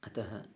अतः